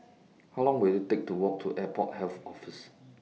How Long Will IT Take to Walk to Airport Health Office